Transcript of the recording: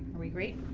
are we great?